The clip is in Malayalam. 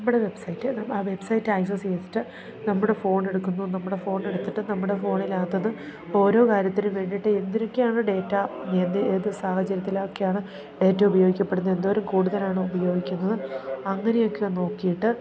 നമ്മുടെ വെബ്സൈറ്റ് ആ വെബ്സൈറ്റ് ആക്സസ് ചെയ്തിട്ട് നമ്മുടെ ഫോൺ എടുക്കുന്നു നമ്മുടെ ഫോൺ എടുത്തിട്ട് നമ്മുടെ ഫോണിനകത്തത് ഓരോ കാര്യത്തിനും വേണ്ടിയിട്ട് എന്തൊക്കെയാണ് ഡേറ്റാ എന്ത് ഏത് സാഹചര്യത്തിലൊക്കെയാണ് ഡേറ്റ ഉപയോഗിക്കപ്പെടുന്നത് എന്തോരും കൂടുതലാണ് ഉപയോഗിക്കുന്നത് അങ്ങനെയൊക്കെ നോക്കിയിട്ട്